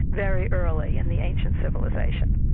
very early in the ancient civilisation,